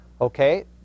Okay